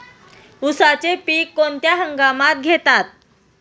उसाचे पीक कोणत्या हंगामात घेतात?